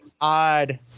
odd